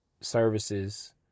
services